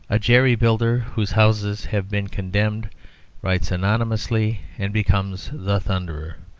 a jerry-builder whose houses have been condemned writes anonymously and becomes the thunderer.